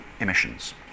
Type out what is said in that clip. emissions